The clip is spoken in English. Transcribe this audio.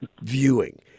viewing